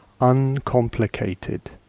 uncomplicated